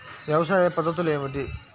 వ్యవసాయ పద్ధతులు ఏమిటి?